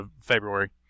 February